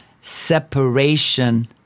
separation